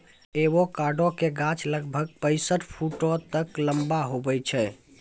avocado के गाछ लगभग पैंसठ फुट तक लंबा हुवै छै